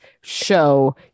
show